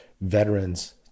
veterans